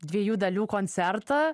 dviejų dalių koncertą